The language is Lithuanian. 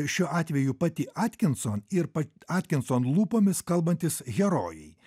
šiuo atveju pati atkinson ir pa atkinson lūpomis kalbantys herojai